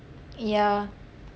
ya